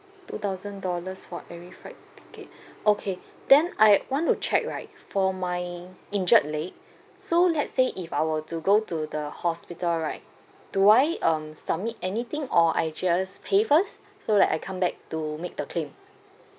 two thousand dollars for every flight ticket okay then I want to check right for my injured leg so let's say if I were to go to the hospital right do I um submit anything or I just pay first so like I come back to make the claim